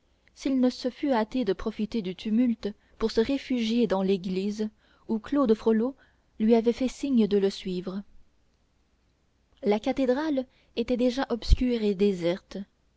s'il ne se fût hâté de profiter du tumulte pour se réfugier dans l'église où claude frollo lui avait fait signe de le suivre la cathédrale était déjà obscure et déserte